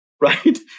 right